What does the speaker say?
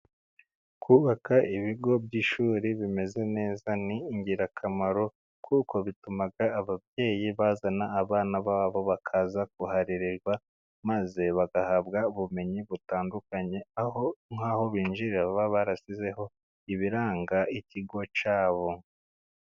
Kubaka ibigo by'ishuri bimeze neza ni ingirakamaro kuko bituma ababyeyi bazana abana babo bakaza kuharererwa maze bagahabwa ubumenyi butandukanye, aho nk'aho binjira baba barasizeho ibiranga ikigo cyabo.